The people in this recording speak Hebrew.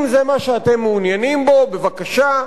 אם זה מה שאתם מעוניינים בו, בבקשה,